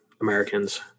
Americans